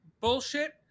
bullshit